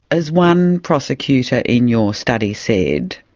as one prosecutor in your study said,